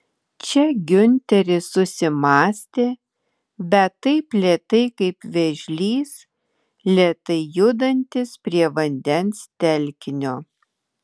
čia giunteris susimąstė bet taip lėtai kaip vėžlys lėtai judantis prie vandens telkinio